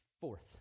fourth